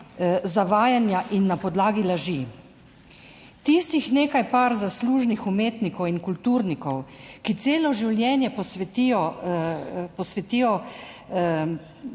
zavajanja in na podlagi laži. Tistih nekaj par zaslužnih umetnikov in kulturnikov, ki celo življenje posvetijo